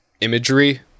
imagery